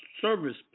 service